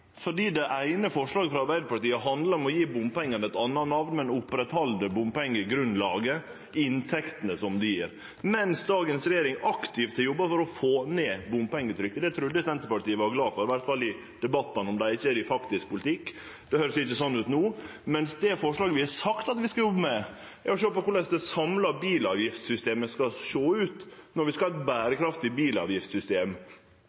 fordi det eine forslaget frå Arbeiderpartiet handlar om å gje bompengane eit anna namn, men å oppretthalde bompengegrunnlaget, inntektene det gjev, mens dagens regjering aktivt har jobba for å få ned bompengetrykket. Det trudde eg at Senterpartiet var glad for, i alle fall i debattane, om dei ikkje er det i faktisk politikk – det høyrest ikkje sånn ut no. Mens det forslaget vi har sagt at vi skal jobbe med, er å sjå på korleis det samla bilavgiftssystemet skal sjå ut når vi skal ha eit